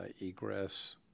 egress